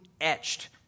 etched